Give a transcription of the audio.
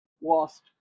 lost